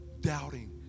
doubting